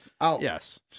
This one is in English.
Yes